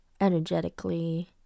energetically